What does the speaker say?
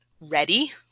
ready